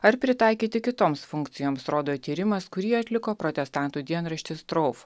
ar pritaikyti kitoms funkcijoms rodo tyrimas kurį atliko protestantų dienraštis trof